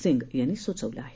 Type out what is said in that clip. सिंग यांनी सुचवलं आहे